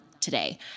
today